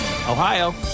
Ohio